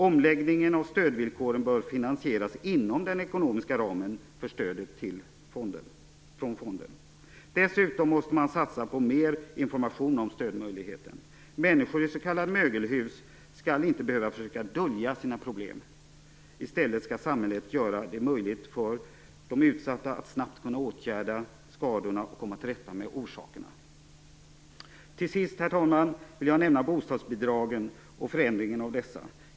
Omläggningen av stödvillkoren bör finansieras inom den ekonomiska ramen för stödet från fonden. Dessutom måste man satsa på mer information om stödmöjligheten. Människor i s.k. mögelhus skall inte behöva försöka dölja sina problem - i stället skall samhället göra det möjligt för de utsatta att snabbt kunna åtgärda skadorna och komma tillrätta med orsakerna. 10. Till sist, herr talman, vill jag nämna bostadsbidragen och förändringen av dessa.